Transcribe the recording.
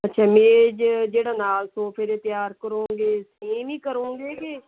ਅੱਛਾ ਮੇਜ਼ ਜਿਹੜਾ ਨਾਲ ਸੋਫੇ ਦੇ ਤਿਆਰ ਕਰੋਗੇ ਸੇਮ ਹੀ ਕਰੋਗੇ ਕਿ